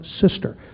sister